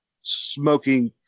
smoking